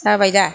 जाबाय दा